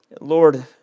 Lord